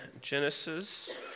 Genesis